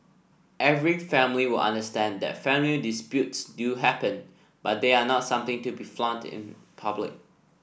every family will understand that family disputes do happen but they are not something to flaunt in public